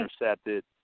intercepted